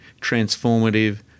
transformative